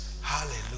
Hallelujah